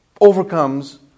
overcomes